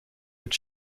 with